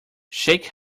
shake